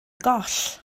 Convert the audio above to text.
goll